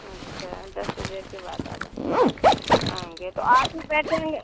अच्छा दस बजे के बाद आना आएँगे तो आप ही बैठे रहेंगे